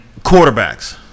quarterbacks